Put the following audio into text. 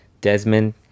Desmond